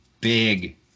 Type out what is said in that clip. big